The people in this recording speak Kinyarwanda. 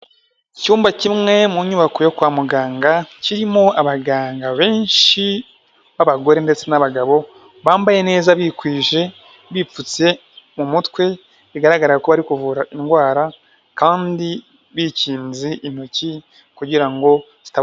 Icyumba kimwe mu nyubako yo kwa muganga kirimo abaganga benshi b'abagore ndetse n'abagabo bambaye neza bikwije, bipfutse mu mutwe bigaragara ko bari kuvura indwara kandi bikinze intoki kugira ngo zitaba.